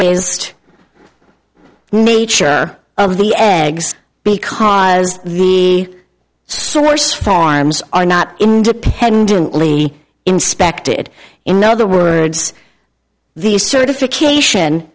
raised the nature of the eggs because the source farms are not independently inspected in other words the certification